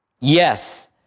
Yes